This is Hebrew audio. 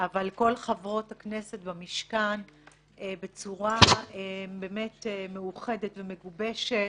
אבל כל חברות הכנסת במשכן בצורה באמת מאוחדת ומגובשת,